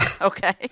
Okay